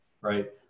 Right